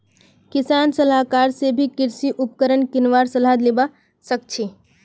किसान सलाहकार स भी कृषि उपकरण किनवार सलाह लिबा सखछी